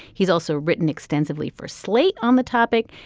he's also written extensively for slate on the topic.